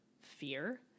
fear